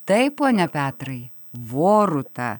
taip pone petrai voruta